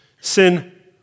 Sin